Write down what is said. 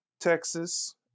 Texas